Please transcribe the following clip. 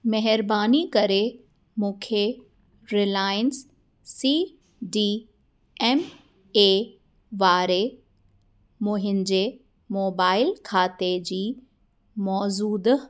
महिरबानी करे मूंखे Reliance C D M A वारे मुंहिंजे मोबाइल खाते जी मौज़ूद